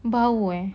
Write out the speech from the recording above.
bau ah